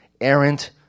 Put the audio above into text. errant